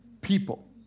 people